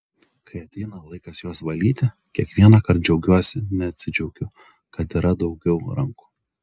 kai ateina laikas juos valyti kiekvienąkart džiaugiuosi neatsidžiaugiu kad yra daugiau rankų